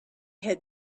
had